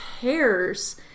cares